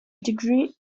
degree